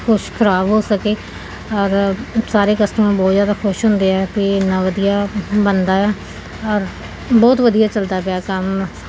ਕੁਛ ਖਰਾਬ ਹੋ ਸਕੇ ਔਰ ਸਾਰੇ ਕਸਟਮਰ ਬਹੁਤ ਜ਼ਿਆਦਾ ਖੁਸ਼ ਹੁੰਦੇ ਹੈ ਕਿ ਇੰਨਾ ਵਧੀਆ ਬਣਦਾ ਆ ਔਰ ਬਹੁਤ ਵਧੀਆ ਚਲਦਾ ਪਿਆ ਕੰਮ